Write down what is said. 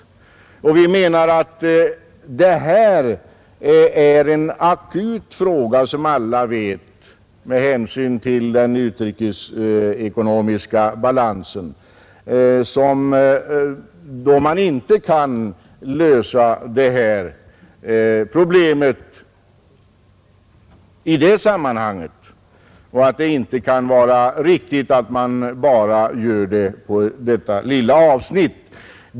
Vi anser att detta är en akut fråga, som alla vet, med hänsyn till den utrikesekonomiska balansen, då man inte kan lösa problemet i det sammanhanget och det inte kan vara riktigt att man bara gör det på detta lilla avsnitt.